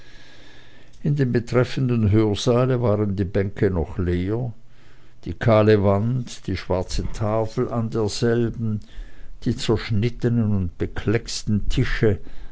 in dem betreffenden hörsaale waren die bänke noch leer die kahle wand die schwarze tafel an derselben die zerschnittenen und beklecksten tische